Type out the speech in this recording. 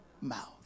mouth